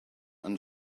and